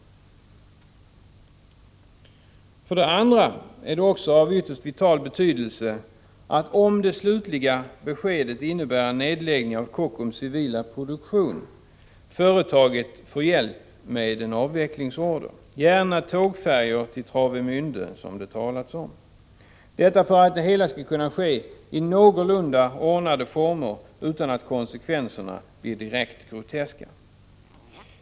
För det andra är det också av ytterst vital betydelse, om det slutliga beskedet innebär en nedläggning av Kockums civila produktion, att företaget får hjälp med en avvecklingsorder — gärna en order på tågfärjor till Travemände, som det har talats om. En sådan hjälp är nödvändig för att det hela skall kunna ske i någorlunda ordnade former, utan att konsekvenserna blir direkt groteska.